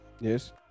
Yes